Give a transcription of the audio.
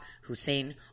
Hussein